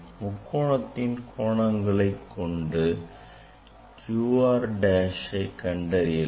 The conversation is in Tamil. முக்கோணத்தின் கோணங்களை கொண்டு QR dashஐ கண்டறியலாம்